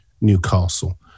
Newcastle